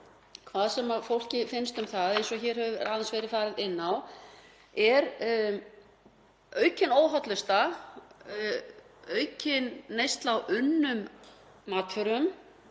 hvað sem fólki finnst um það, eins og hér hefur aðeins verið farið inn á, að aukin óhollusta, aukin neysla á unnum matvörum,